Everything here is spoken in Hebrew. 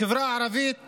החברה הערבית